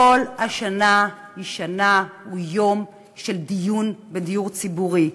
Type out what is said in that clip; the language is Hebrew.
כל השנה היא שנה, היא יום של דיון בדיור ציבורי,